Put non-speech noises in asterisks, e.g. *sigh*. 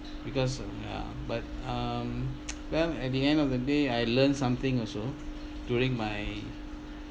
because uh ya but um *noise* well at the end of the day I learned something also during my